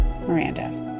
Miranda